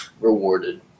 rewarded